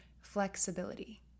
flexibility